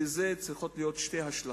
לזה צריכות להיות שתי השלכות,